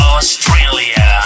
Australia